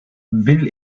will